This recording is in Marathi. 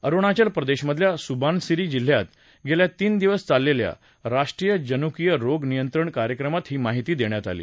अरुणाचल प्रदेशमधल्या सुबानसिरी जिल्ह्यात गेल्या तीन दिवस चाललेल्या राष्ट्रीय जनुकीय रोग नियंत्रण कार्यक्रमात ही माहिती देण्यात आली